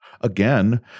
Again